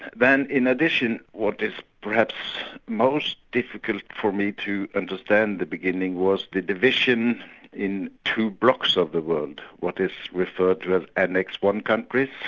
then in addition, what is perhaps most difficult for me to understand in the beginning was the division in two blocs of the world, what is referred to as annexe one countries,